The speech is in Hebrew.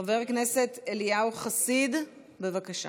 חבר הכנסת אליהו חסיד, בבקשה.